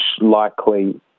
likely